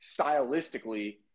stylistically